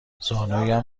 زانویم